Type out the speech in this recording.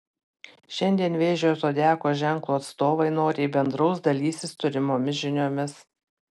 šiandien vėžio zodiako ženklo atstovai noriai bendraus dalysis turimomis žiniomis